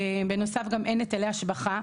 בנוסף גם אין היטלי השבחה.